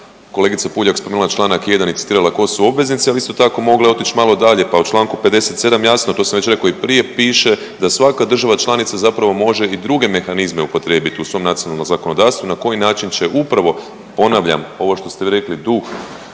kolegica Puljak je spomenula članak 1. i citirala tko su obveznice, ali isto tako mogla je otići malo dalje pa u članku 57. jasno, to sam rekao već i prije, piše da svaka država članica zapravo može i druge mehanizme upotrijebiti u svom nacionalnom zakonodavstvu na koji način će upravo, ponavljam ovo što ste vi rekli, duh